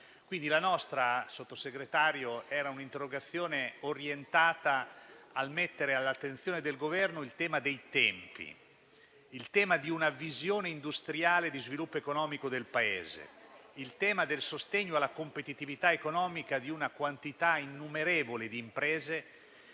signor Sottosegretario, era orientata a porre all'attenzione del Governo il tema dei tempi, quello di una visione industriale di sviluppo economico del Paese e quello del sostegno alla competitività economica di una quantità innumerevole di imprese,